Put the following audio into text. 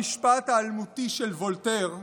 המשפט האלמותי של וולטר,